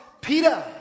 Peter